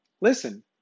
listen